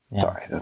Sorry